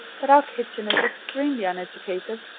but our kitchen is extremely uneducative.